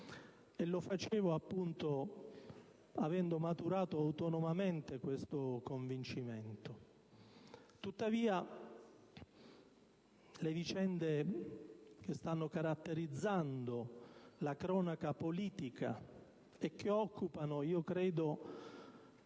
e lo facevo, appunto, avendo maturato autonomamente questo convincimento. Tuttavia, le vicende che stanno caratterizzando la cronaca politica e che occupano, io credo,